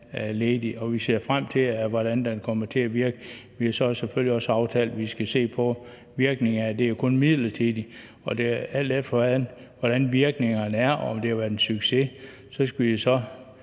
Vi ser frem til at bedømme, hvordan den kommer til at virke. Vi har så selvfølgelig også aftalt, at vi skal se på virkningerne af den. Det er jo kun midlertidigt, og alt efter hvordan virkningerne er, altså om det har været en succes, så skal vi på